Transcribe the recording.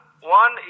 one